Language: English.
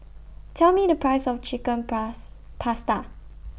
Tell Me The Price of Chicken Pasta